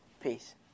Peace